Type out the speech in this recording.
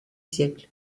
siècles